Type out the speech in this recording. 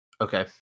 Okay